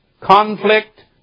conflict